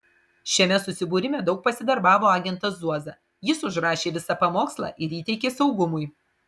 šiame susibūrime daug pasidarbavo agentas zuoza jis užrašė visą pamokslą ir įteikė saugumui